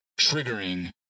triggering